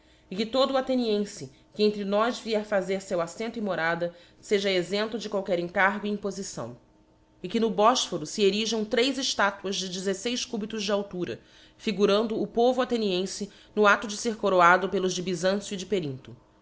e que todo o athenienfe que entre nós vier fazer feu aflento e morada feja exçmptq de qualquer encargo e que no bofphoro fe erijam tres eftatuas de dezeleis cabitos de altura figurando o povo athenienle no aclo de fer coroado pelos de byzancio e de periniho